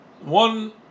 one